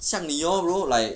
像你 lor 如果 like